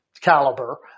caliber